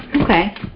Okay